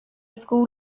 school